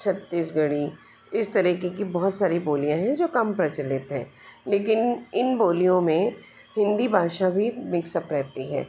छत्तीसगढ़ी इस तरीके की बहुत सारी बोलियाँ हैं जो कम प्रचलित है लेकिन इन बोलियों में हिंदी भाषा भी मिक्स अप रहती हैं